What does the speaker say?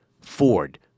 Ford